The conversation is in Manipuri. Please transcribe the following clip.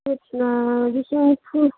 ꯆꯤꯞꯁꯅ ꯂꯤꯁꯤꯡ ꯅꯤꯐꯨ